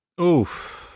oof